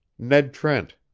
ned trent.